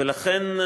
ולכן,